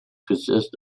consists